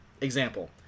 Example